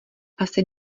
asi